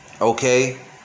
Okay